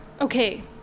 Okay